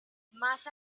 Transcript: más